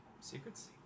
Secrets